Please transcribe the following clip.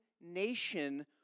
nation